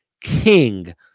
king